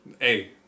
Hey